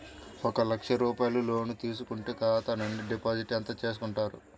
ఒక లక్ష రూపాయలు లోన్ తీసుకుంటే ఖాతా నుండి డిపాజిట్ ఎంత చేసుకుంటారు?